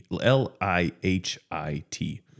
L-I-H-I-T